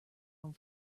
come